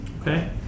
Okay